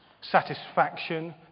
satisfaction